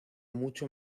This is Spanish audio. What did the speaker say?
mucho